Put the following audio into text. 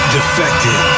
Defected